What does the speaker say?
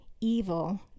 evil